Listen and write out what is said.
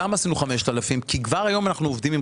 אנחנו קבענו 5,000 כי כבר היום אנחנו עובדים עם